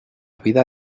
vida